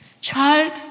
Child